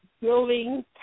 building